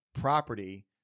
property